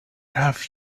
have